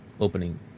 opening